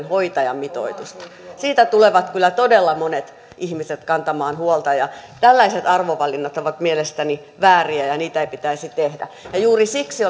hoitajamitoitusta siitä tulevat kyllä todella monet ihmiset kantamaan huolta ja tällaiset arvovalinnat ovat mielestäni vääriä ja ja niitä ei pitäisi tehdä ja juuri siksi